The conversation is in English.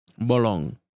bolong